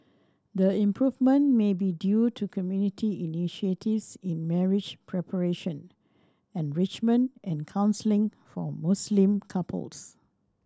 the improvement may be due to community initiatives in marriage preparation enrichment and counselling for Muslim couples